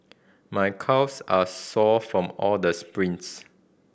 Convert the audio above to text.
my calves are sore from all the sprints